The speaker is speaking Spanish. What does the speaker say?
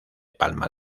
palma